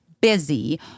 Busy